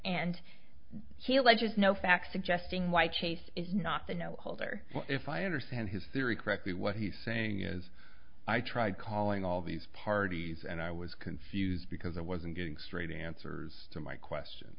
and he alleges no facts suggesting why chase is not the no holder if i understand his theory correctly what he's saying is i tried calling all these parties and i was confused because i wasn't getting straight answers to my question